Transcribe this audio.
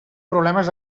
problemes